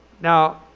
Now